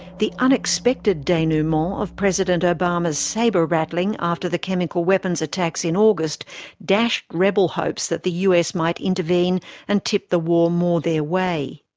the unexpected denouement of president obama's sabre-rattling after the chemical weapons attacks in august dashed rebel hopes that the us might intervene and tip the war more their ah way.